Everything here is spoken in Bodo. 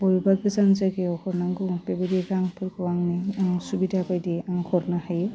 बबेबा गोजान जायगायाव हरनांगौ बेबायदि रांफोरखौ आंनि सुबिदा बायदियै आं हरनो हायो